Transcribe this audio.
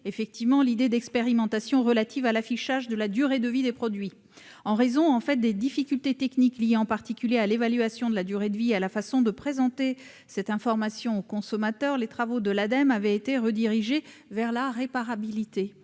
référence à des expérimentations relatives à l'affichage de la durée de vie des produits. En raison de difficultés techniques, liées en particulier à l'évaluation de la durée de vie et à la façon de présenter cette information au consommateur, les travaux de l'Ademe avaient été réorientés vers la réparabilité,